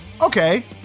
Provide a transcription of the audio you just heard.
okay